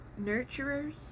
nurturers